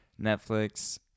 Netflix